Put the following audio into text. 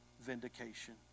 vindication